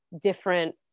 different